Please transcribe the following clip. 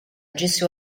disse